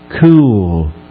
cool